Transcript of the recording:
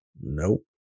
Nope